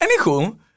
Anywho